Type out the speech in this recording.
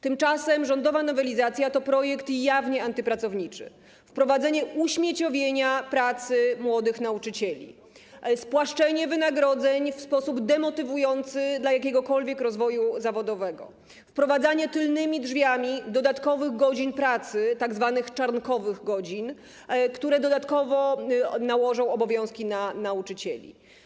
Tymczasem rządowa nowelizacja to projekt jawnie antypracowniczy: wprowadzenie uśmieciowienia pracy młodych nauczycieli, spłaszczenie wynagrodzeń w sposób demotywujący dla jakiegokolwiek rozwoju zawodowego i wprowadzanie tylnymi drzwiami dodatkowych godzin pracy, tzw. godzin czarnkowych, które dodatkowo nałożą obowiązki na nauczycieli.